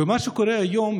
ומה שקורה היום,